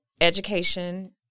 education